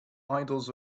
idols